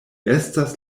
estas